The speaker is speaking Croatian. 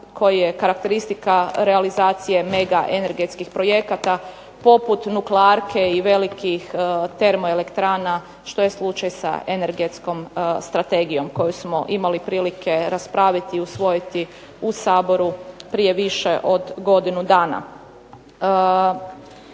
koji je karakteristika megaenergetskih projekata poput nuklearke i velikih termoelektrana što je slučaj sa energetskom strategijom koju smo imali prilike raspraviti i usvojiti u Saboru prije više od godinu dana.